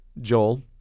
Joel